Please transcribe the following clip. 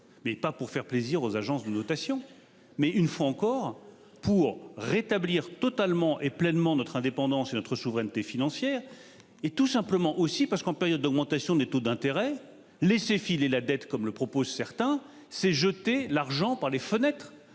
Mais pas pour faire plaisir aux agences de notation. Mais une fois encore pour rétablir totalement et pleinement notre indépendance et notre souveraineté financière et tout simplement aussi parce qu'en période d'augmentation des taux d'intérêt laisser filer la dette, comme le proposent certains, c'est jeter l'argent par les fenêtre